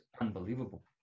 unbelievable